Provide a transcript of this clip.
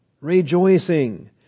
rejoicing